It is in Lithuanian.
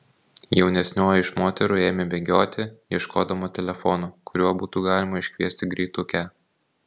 jaunesnioji iš moterų ėmė bėgioti ieškodama telefono kuriuo būtų galima iškviesti greitukę